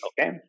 okay